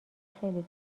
خیلی